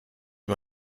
you